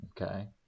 Okay